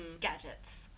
gadgets